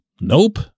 Nope